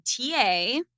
TA